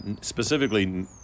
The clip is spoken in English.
specifically